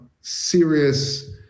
serious